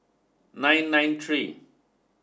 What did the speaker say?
nine nine three